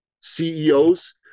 CEOs